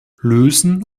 lösen